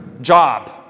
job